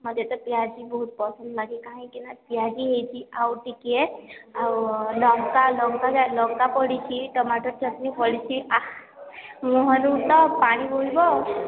ହଁ ଯେତେ ପିଆଜି ବହୁତ ପସନ୍ଦ ଲାଗେ କାହିଁକିନା ପିଆଜି ହେଇଛି ଆଉ ଟିକିଏ ଆଉ ଲଙ୍କା ଲଙ୍କା ଲଙ୍କା ପଡ଼ିଛି ଟମାଟୋ ଚଟଣି ପଡ଼ିଛି ଆଃ ମୁହଁ ରୁ ତ ପାଣି ବୋହିବ